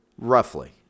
roughly